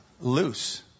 Loose